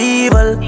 evil